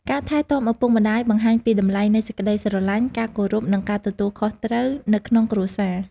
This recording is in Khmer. ការថែទាំឪពុកម្ដាយបង្ហាញពីតម្លៃនៃសេចក្ដីស្រឡាញ់ ការគោរព និងការទទួលខុសត្រូវនៅក្នុងគ្រួសារ។